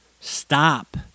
Stop